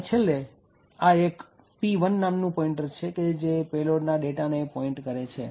અને છેલ્લે આ એક p1 નામનું પોઈન્ટર છે જે પેલોડ ના ડેટા ને પોઈન્ટ કરે છે